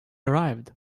arrived